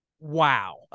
Wow